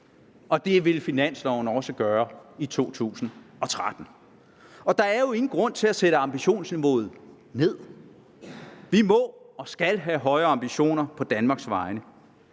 Det vil finansloven også gøre i 2013. Der er jo ingen grund til at sætte ambitionsniveauet ned. Vi må og skal have høje ambitioner på Danmarks vegne.